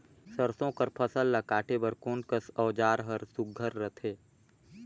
सरसो कर फसल ला काटे बर कोन कस औजार हर सुघ्घर रथे?